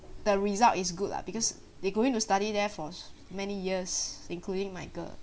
the result is good lah because they going to study there for many years including my girl